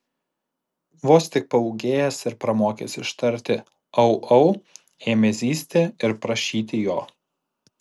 vos tik paūgėjęs ir pramokęs ištarti au au ėmė zyzti ir prašyti jo